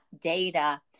data